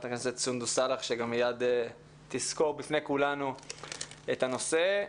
הכנסת סונדוס סאלח שגם מייד תסקור בפני כולנו את הנושא.